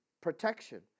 protection